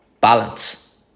balance